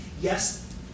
yes